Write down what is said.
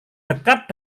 dekat